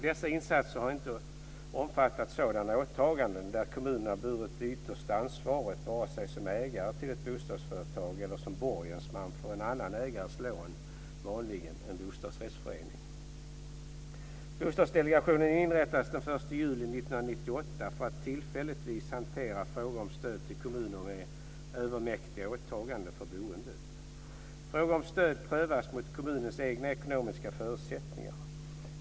Dessa insatser har inte omfattat sådana åtaganden där kommunerna burit det yttersta ansvaret vare sig som ägare till ett bostadsföretag eller som borgensman för en annan ägares lån - Bostadsdelegationen inrättades den 1 juli 1998 för att tillfälligtvis hantera frågor om stöd till kommuner med övermäktiga åtaganden för boendet. Frågor om stöd prövas mot kommunens egna ekonomiska förutsättningar.